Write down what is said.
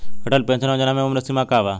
Atal pension Yojana मे उम्र सीमा का बा?